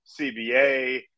CBA